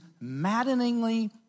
maddeningly